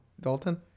Dalton